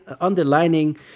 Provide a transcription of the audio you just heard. underlining